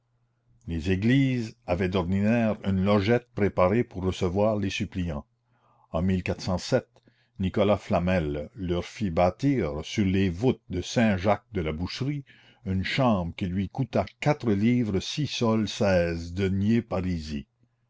les églises avaient d'ordinaire une logette préparée pour recevoir les suppliants en nicolas flamel leur fit bâtir sur les voûtes de saint jacques de la boucherie une chambre qui lui coûta quatre livres six sols seize deniers parisis